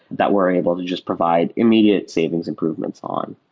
that we're able to just provide immediate savings improvements on.